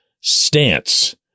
stance